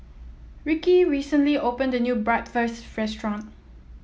Rickie recently opened a new Bratwurst Restaurant